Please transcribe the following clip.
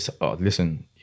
Listen